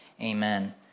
amen